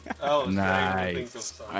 Nice